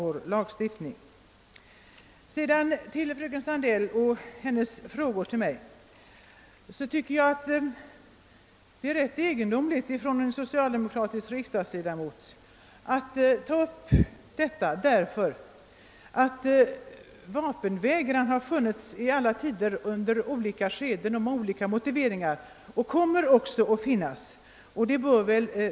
Med anledning av fröken Sandells frågor till mig vill jag säga att det är ganska egendomligt att en socialdemokratisk riksdagsledamot tar upp sådana spörsmål, eftersom vapenvägran med olika motiveringar förekommit i alla tider och även i framtiden kommer att finnas.